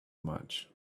much